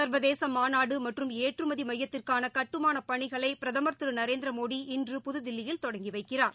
சா்வதேச மாநாடு மற்றும் ஏற்றுமதி மையத்திற்கான கட்டுமானப் பணிகளை பிரதம் திரு நரேந்திரமோடி இன்று புதுதில்லியில் தொடங்கி வைக்கிறார்